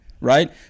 right